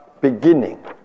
beginning